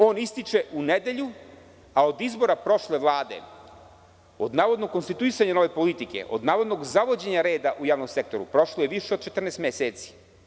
On ističe u nedelju, a od izbora prošle Vlade, od navodno konstituisanja nove politike, od navodnog zavođenja reda u javnom sektoru prošlo je više od 14 meseci.